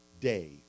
day